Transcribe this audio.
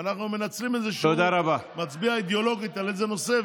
אנחנו מנצלים את זה שהוא מצביע אידיאולוגית על איזה נושא,